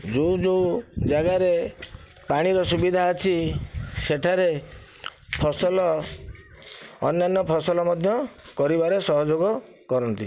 ଯେଉଁ ଯେଉଁ ଯାଗାରେ ପାଣିର ସୁବିଧା ଅଛି ସେଠାରେ ଫସଲ ଅନ୍ୟାନ୍ୟ ଫସଲ ମଧ୍ୟ କରିବାର ସହଯୋଗ କରନ୍ତି